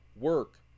work